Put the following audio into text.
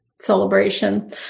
celebration